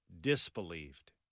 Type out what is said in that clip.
disbelieved